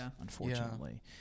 unfortunately